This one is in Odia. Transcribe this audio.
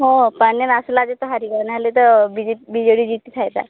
ହଁ ପାଣ୍ଡିଆନ୍ ଆସିଲା ଯେତ ହାରି ଗଲାନ ହେଲେ ତ ବିଜେପି ବିଜେଡ଼ି ଜିତି ଥାଇତା